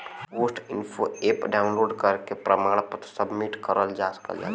post info app download करके प्रमाण पत्र सबमिट करल जा सकला